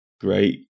great